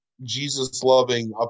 Jesus-loving